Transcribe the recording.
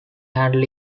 handle